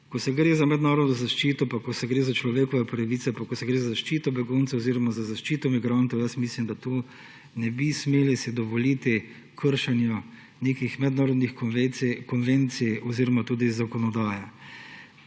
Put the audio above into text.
ko gre za mednarodno zaščito, ko gre za človekove pravice pa za zaščito beguncev oziroma za zaščito migrantov, mislim, da si tega ne bi smeli dovoliti – kršenja nekih mednarodnih konvencij oziroma tudi zakonodaje.